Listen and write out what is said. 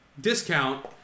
discount